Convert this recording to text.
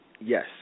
Yes